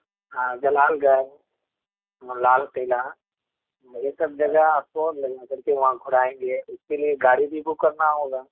ہاں جلال گڑھ لال قلع یہ سب جگہ آپ کو لے جا کر کے وہاں گھمائیں گے اس کے لیے گاڑی بھی بک کرنا ہوگا